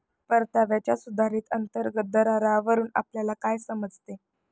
परताव्याच्या सुधारित अंतर्गत दरावरून आपल्याला काय समजते?